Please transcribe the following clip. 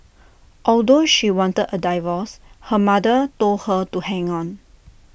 although she wanted A divorce her mother told her to hang on